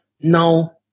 no